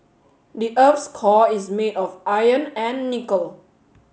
the earth's core is made of iron and nickel